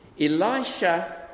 Elisha